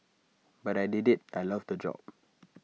but I did IT I loved the job